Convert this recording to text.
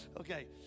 Okay